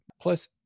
plus